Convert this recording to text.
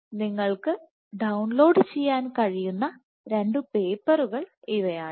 നിങ്ങൾക്ക് ഡൌൺലോഡ് ചെയ്യാൻ കഴിയുന്ന 2 പേപ്പറുകൾ ഇവയാണ്